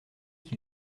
qui